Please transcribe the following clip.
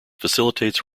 facilitates